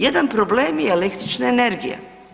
Jedan problem je električne energije.